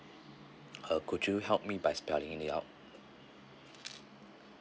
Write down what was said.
err could you help me by spelling it out